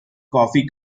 coffee